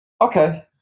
Okay